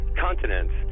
continents